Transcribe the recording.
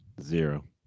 Zero